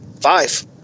Five